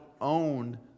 own